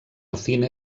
cine